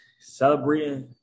celebrating